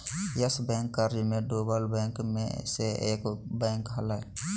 yes Bank कर्ज मे डूबल बैंक मे से एक बैंक हलय